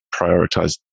prioritize